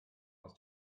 aus